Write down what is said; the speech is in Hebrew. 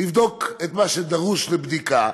לבדוק את מה שדורש בדיקה,